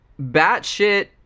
batshit